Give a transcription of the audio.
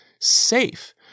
safe